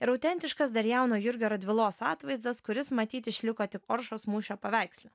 ir autentiškas dar jauno jurgio radvilos atvaizdas kuris matyt išliko tik oršos mūšio paveiksle